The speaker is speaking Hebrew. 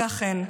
ולכן,